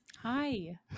Hi